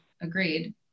Agreed